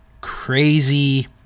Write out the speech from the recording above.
crazy